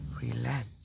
relent